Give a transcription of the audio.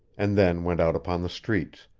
and then went out upon the streets,